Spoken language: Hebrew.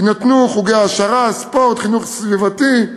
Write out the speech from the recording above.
יינתנו חוגי העשרה, ספורט, חינוך סביבתי,